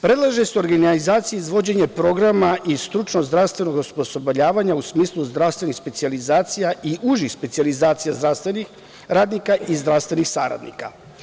Predlaže se organizacija izvođenja programa i stručno-zdravstvenog osposobljavanja u smislu zdravstvenih specijalizacije i užih zdravstveni specijalizacija, radnika i zdravstvenih saradnika.